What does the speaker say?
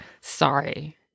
Sorry